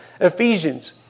Ephesians